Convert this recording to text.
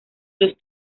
los